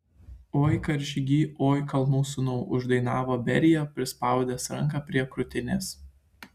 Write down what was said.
oi karžygy oi kalnų sūnau uždainavo berija prispaudęs ranką prie krūtinės